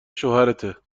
شوهرته